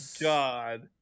God